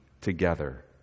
together